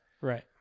Right